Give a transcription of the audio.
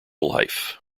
life